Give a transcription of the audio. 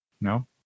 No